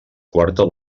quarta